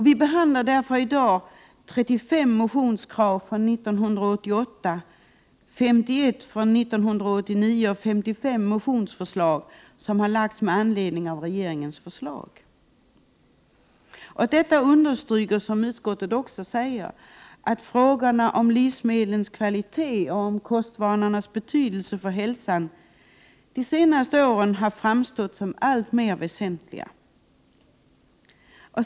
Vi behandlar därför i dag 35 motionskrav från 1988, 51 från 1989 samt 55 motionsförslag som avgivits med anledning av regeringens förslag. Detta understryker, vilket utskottet också anför, att frågorna om livsmedlens kvalitet och kostvanornas betydelse för hälsan de senaste åren framstått som alltmer väsentliga.